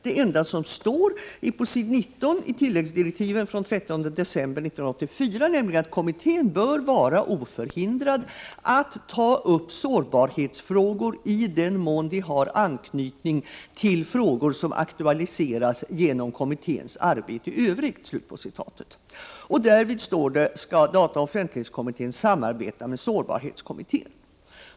Det enda som står är på s. 19 i tilläggsdirektiven från den 13 december 1984, nämligen att kommittén ”bör vara oförhindrad att ta upp sårbarhetsfrågor i den mån de har anknytning till frågor som aktualiseras genom kommitténs arbete i övrigt”. Därvid, står det, skall dataoch offentlighetskommittén samarbeta med sårbarhetskommittén.